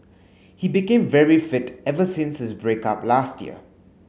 he became very fit ever since his break up last year